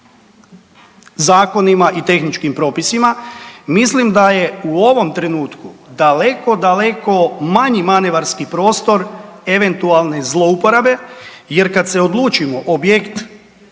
zakonima i tehničkim propisima, mislim da je u ovom trenutku daleko, daleko manji manevarski prostor eventualne zlouporabe jer kad se odlučimo objekt